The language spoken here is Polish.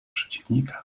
przeciwnika